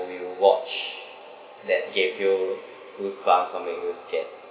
when you watch that gave you goosebumps or make you scared